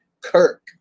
Kirk